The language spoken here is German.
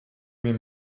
mir